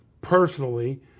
personally